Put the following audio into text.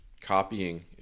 copying